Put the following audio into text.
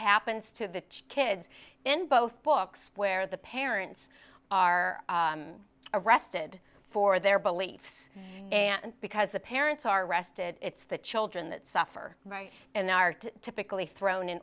happens to the kids in both books where the parents are arrested for their beliefs and because the parents are rested it's the children that suffer right and they are typically thrown in